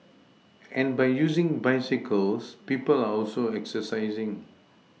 and by using bicycles people are also exercising